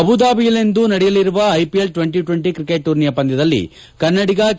ಅಬುಧಾಬಿಯಲ್ಲಿಂದು ನಡೆಯಲಿರುವ IPL twenty twenty cricket ಟೂರ್ನಿಯ ಪಂದ್ಯದಲ್ಲಿ ಕನ್ನಡಿಗ ಕೆ